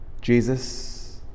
Jesus